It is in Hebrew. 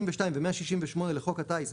62 ו-168 לחוק הטיס,